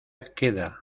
queda